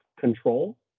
control